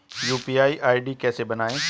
UPI ID कैसे बनाएं?